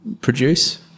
produce